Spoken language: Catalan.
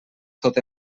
tot